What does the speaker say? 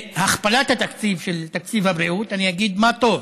להכפלת תקציב הבריאות, אני אגיד: מה טוב.